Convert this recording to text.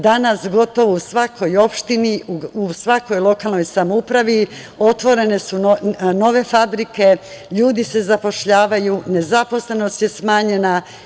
Danas gotovo u svakoj opštini, u svakoj lokalnoj samoupravi su otvorene nove fabrike, ljudi se zapošljavaju, nezaposlenost je smanjena.